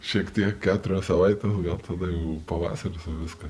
šiek tiek keturias savaites gal tada jau pavasaris jau viskas